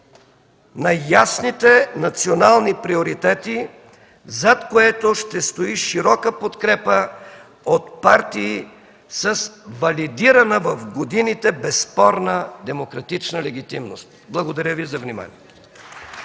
на ясните национални приоритети, зад което ще стои широка подкрепа от партии с валидирана в годините безспорна демократична легитимност. Благодаря Ви за вниманието.